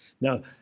Now